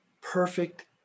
perfect